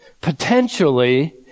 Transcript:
Potentially